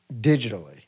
digitally